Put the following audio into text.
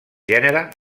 gènere